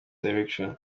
direction